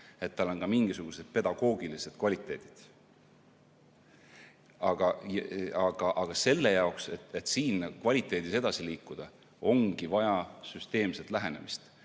töötavad, on mingisugused pedagoogilised kvaliteedid. Aga selle jaoks, et siin kvaliteedis edasi liikuda, ongi vaja süsteemset lähenemist. See